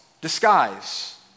disguise